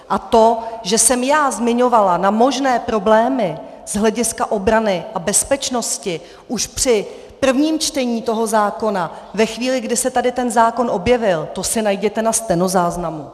A to, že jsem já zmiňovala možné problémy z hlediska obrany a bezpečnosti už při prvním čtení toho zákona, ve chvíli, kdy se tady ten zákon objevil, to si najděte ve stenozáznamu.